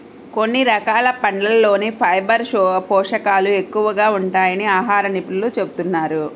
కొన్ని రకాల పండ్లల్లోనే ఫైబర్ పోషకాలు ఎక్కువగా ఉంటాయని ఆహార నిపుణులు చెబుతున్నారు